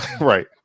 right